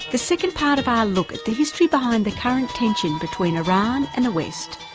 the second part of our look at the history behind the current tension between iran and the west,